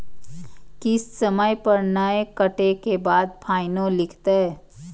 किस्त समय पर नय कटै के बाद फाइनो लिखते?